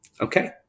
okay